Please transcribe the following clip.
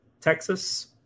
texas